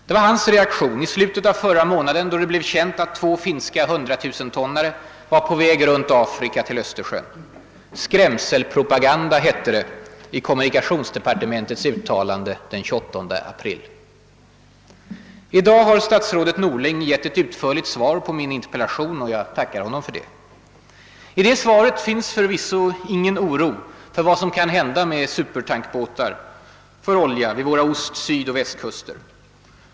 Det var hans reaktion i slutet av förra månaden då det blev känt att två finska 100 000 tonnare var på väg runt Afrika till Östersjön. »Skrämselpropaganda» hette det i kommunikationsdepartementets uttalande den 28 april. I dag har statsrådet Norling gett ett utförligt svar på min interpellation, och jag tackar honom för det. I det svaret finns förvisso ingen oro för vad som kan hända med supertankbåtar för olja vid våra ost-, sydoch västkuster.